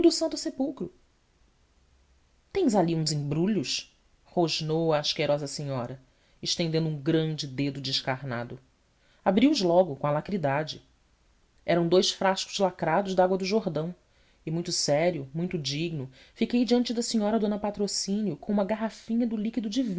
santo sepulcro tens ali uns embrulhos rosnou a asquerosa senhora estendendo um grande dedo descarnado abri os logo com alacridade eram dous frascos lacrados de água do jordão e muito sério muito digno fiquei diante da senhora dona patrocínio com uma garrafinha do líquido